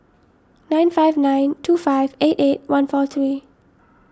nine five nine two five eight eight one four three